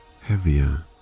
heavier